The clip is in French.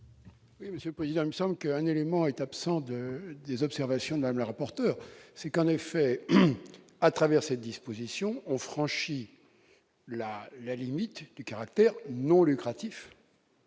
Oui, Monsieur le Président me sans qu'un élément est absent de des observations dans le rapporteur, c'est qu'en effet, à travers cette disposition ont franchi la la limite du caractère non lucratif.